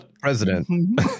president